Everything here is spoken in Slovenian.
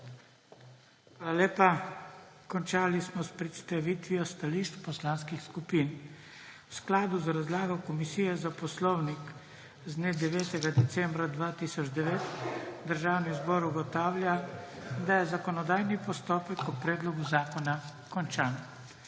lepa. Končali smo s predstavitvijo stališč poslanskih skupin. V skladu z razlago Komisije za poslovnik z dne 9. decembra 2009 Državni zbor ugotavlja, da je zakonodajni postopek o predlogu zakona končan.